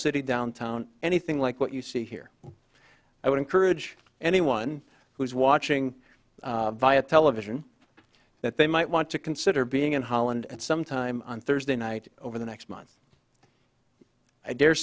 city downtown anything like what you see here i would encourage anyone who is watching via television that they might want to consider being in holland at some time on thursday night over the next month i dare